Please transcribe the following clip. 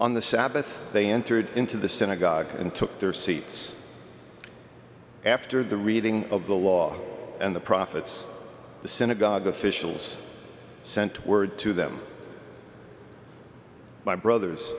sabbath they entered into the synagogue and took their seats after the reading of the law and the prophets the synagogue officials sent word to them my brother